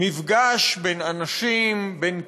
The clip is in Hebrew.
מפגש בין אנשים, בין קהילות.